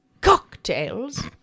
Cocktails